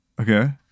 Okay